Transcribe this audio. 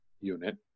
unit